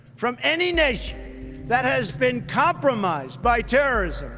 from any nation that has been compromised by terrorism.